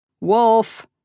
Wolf